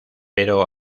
pero